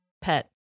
pet